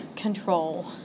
Control